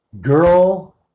girl